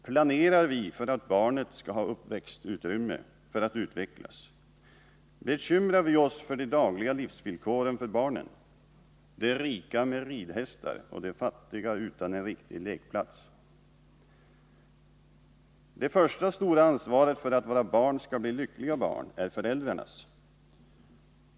Planerar vi för att barnet skall ha växtutrymme, för att utvecklas? Bekymrar vi oss för de dagliga livsvillkoren för barnen: de rika med ridhästar och de fattiga utan en riktig lekplats? Det första stora ansvaret för att våra barn skall bli lyckliga barn är föräldrarnas.